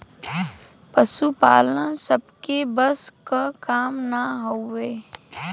पसुपालन सबके बस क काम ना हउवे